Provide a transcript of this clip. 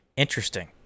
interesting